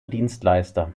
dienstleister